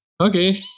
okay